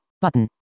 button